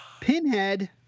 Pinhead